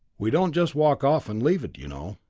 we don't just walk off and leave it, you know.